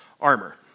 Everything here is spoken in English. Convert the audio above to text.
armor